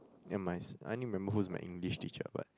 and my s~ I only remember who's my English teacher but